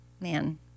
man